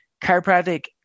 chiropractic